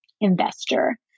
investor